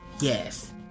yes